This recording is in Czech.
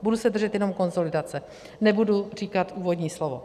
Budu se držet jenom konsolidace, nebudu říkat úvodní slovo.